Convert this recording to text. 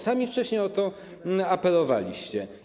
Sami wcześniej o to apelowaliście.